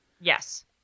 Yes